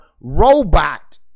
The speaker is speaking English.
robot